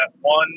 one